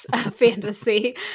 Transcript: fantasy